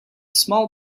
small